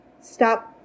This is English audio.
stop